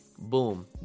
boom